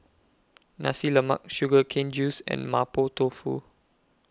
Nasi Lemak Sugar Cane Juice and Mapo Tofu